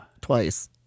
Twice